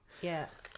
Yes